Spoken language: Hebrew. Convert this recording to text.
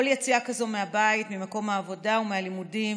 כל יציאה כזו מהבית, ממקום העבודה או מהלימודים